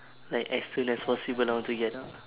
like as soon as possible I want to get out